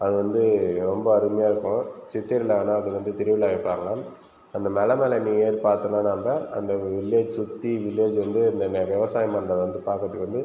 அதுவந்து ரொம்ப அருமையாக இருக்கும் சித்திரையானா அங்கே வந்து திருவிழா எடுப்பாங்க அந்த மலை மேல் நீ ஏறி பார்த்தோம்னாக்கா அந்த வில்லேஜ் சுற்றி வில்லேஜ் வந்து அந்த விவசாய மண்ணை வந்து பாக்கிறதுக்கு வந்து